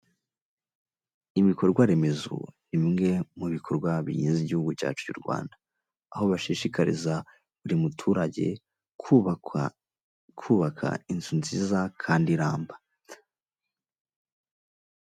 Ibikorwaremezo imwe ni bimwe mu bikorwa bigize igihugu cyacu cy'u Rwanda, aho bashishikariza buri muturage kubaka inzu nziza kandi iramba.